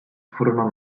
furono